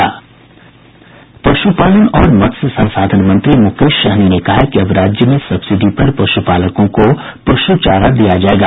पशुपालन और मत्स्य संसाधन मंत्री मुकेश सहनी ने कहा है कि अब राज्य में सब्सिडी पर पश्पालकों को पश् चारा दिया जायेगा